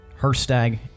Herstag